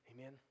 Amen